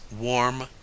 warm